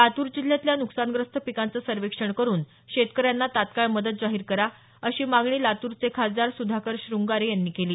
लातूर जिल्ह्यातल्या नुकसानग्रस्त पिकांचं सर्वेक्षण करुन शेतकऱ्यांना तात्काळ मदत जाहीर करा अशी मागणी लातूरचे खासदार सुधाकर शृंगारे यांनी केली